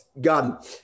gun